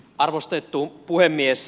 arvoisa puhemies